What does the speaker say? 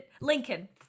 Lincoln